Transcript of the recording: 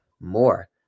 more